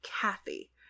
Kathy